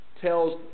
tells